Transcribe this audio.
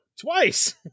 twice